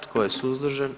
Tko je suzdržan?